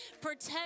protect